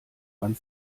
man